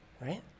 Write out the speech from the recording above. Right